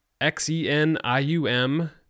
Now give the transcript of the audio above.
X-E-N-I-U-M